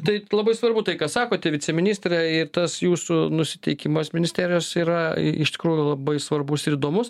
tai labai svarbu tai ką sakote viceministre ir tas jūsų nusiteikimas ministerijos yra iš tikrųjų labai svarbus ir įdomus